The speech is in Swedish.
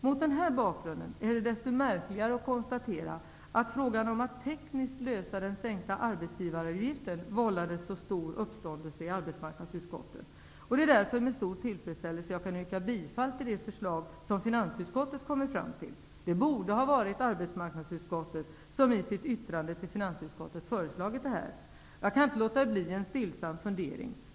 Mot denna bakgrund är det desto märkligare att konstatera att frågan om att tekniskt lösa frågan om den sänkta arbetsgivaravgiften vållade så stor uppståndelse i arbetsmarknadsutskottet. Det är därför med stor tillfredsställelse som jag kan yrka bifall till det förslag som finansutskottet kommit fram till. Det borde ha varit arbetsmarknadsutskottet som i sitt yttrande till finansutskottet skulle ha föreslagit detta. Jag kan inte underlåta att framföra en stillsam fundering.